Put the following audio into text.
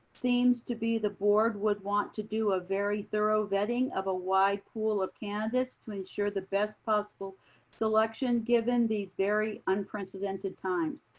seems to be the board would want to do a very thorough vetting of a wide pool of candidates to ensure the best possible selection given these very unprecedented time.